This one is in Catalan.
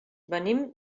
venim